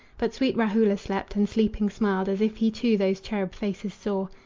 but sweet rahula slept, and sleeping smiled as if he too those cherub faces saw.